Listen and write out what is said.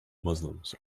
muslims